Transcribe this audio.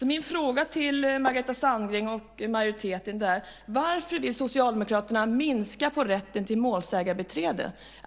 Jag vill därför fråga Margareta Sandgren och majoriteten: Varför vill Socialdemokraterna minska på rätten till målsägarbiträde?